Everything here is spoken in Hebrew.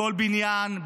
בכל בניין,